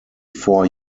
four